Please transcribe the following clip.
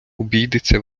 обійдеться